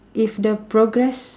if the progress